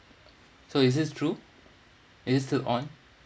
so is this true is this still on